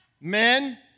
Men